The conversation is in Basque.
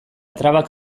trabak